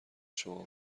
شما